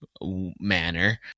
manner